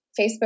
Facebook